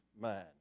mind